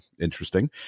interesting